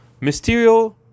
Mysterio